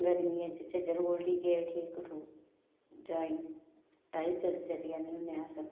गर्मियें च झज्झर कोटली गै उठी कठुआ जां टाईचर चली जन्ने होन्ने अस